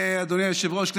אדוני היושב-ראש,